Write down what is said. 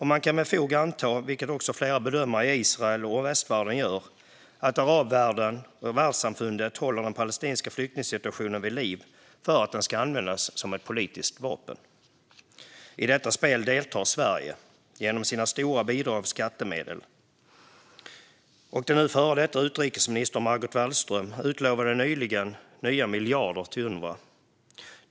Man kan med fog anta, vilket också flera bedömare i Israel och västvärlden gör, att arabvärlden och världssamfundet håller den palestinska flyktingsituationen vid liv för att den ska användas som ett politiskt vapen. I detta spel deltar Sverige, genom sina stora bidrag av skattemedel. Den nu före detta utrikesministern Margot Wallström utlovade nyligen nya miljarder till Unrwa.